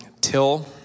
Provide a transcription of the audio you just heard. Till